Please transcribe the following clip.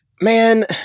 man